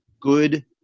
good